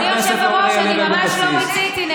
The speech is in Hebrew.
לא, אדוני היושב-ראש, אני ממש לא מיציתי.